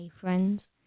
friends